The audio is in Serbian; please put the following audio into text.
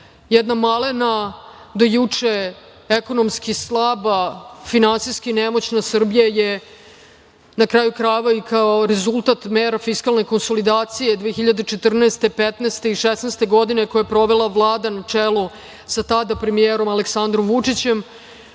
ne. Jedna malena, do juče ekonomski slaba, finansijski nemoćna Srbija je, na kraju krajeva, i kao rezultat fiskalne konsolidacije 2014, 2015. i 2016. godine, koja je provela Vlada na čelu sa tada premijerom Aleksandrom Vučićem